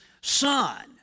son